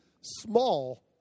small